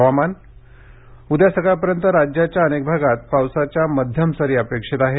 हवामान उद्या सकाळपर्यंत राज्याच्या अनेक भागात मध्यम पावसाच्या सरी अपेक्षित आहेत